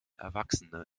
erwachsene